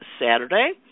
Saturday